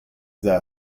their